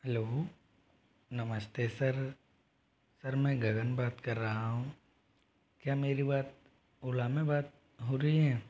hello नमस्ते sir sir मैं गगन बात कर रहा हूँ क्या मेरी बात ओला में बात हो रही है